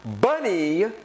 Bunny